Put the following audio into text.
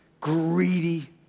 greedy